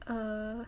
err